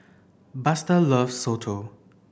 Buster loves Soto